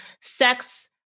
sex